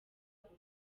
uko